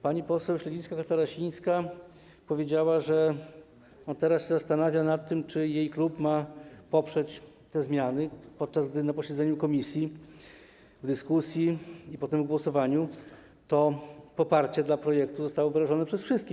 Pani poseł Śledzińska-Katarasińska powiedziała, że teraz się zastanawia nad tym, czy jej klub ma poprzeć te zmiany, podczas gdy na posiedzeniu komisji w czasie dyskusji i potem podczas głosowania to poparcie dla projektu zostało wyrażone przez wszystkich.